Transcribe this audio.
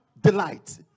delight